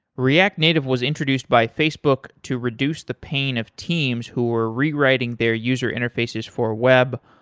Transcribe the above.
react native was introduced by facebook to reduce the pain of teams who were rewriting their user interfaces for web,